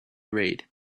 read